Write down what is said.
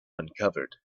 uncovered